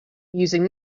using